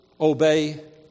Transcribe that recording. Obey